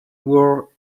wore